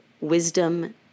Wisdom